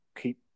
keep